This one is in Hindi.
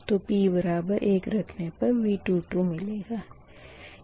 तो p बराबर एक रखने पर V22 मिलेगा